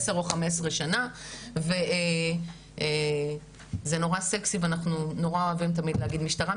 עשר או 15 שנים וזה נורא סקסי ואנחנו נורא אוהבים תמיד להגיד משטרה,